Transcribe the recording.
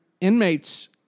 inmates